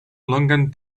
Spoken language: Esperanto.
longan